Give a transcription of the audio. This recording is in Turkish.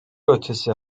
ötesi